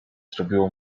zrobiło